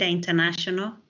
International